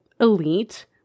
elite